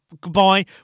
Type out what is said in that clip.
Goodbye